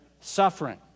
Suffering